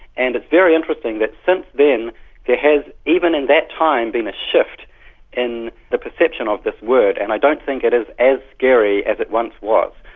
and it's very interesting that since then there has, even in that time, been a shift in the perception of this word, and i don't think it is as scary as it once was.